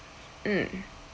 mm